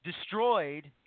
destroyed